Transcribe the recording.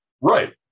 Right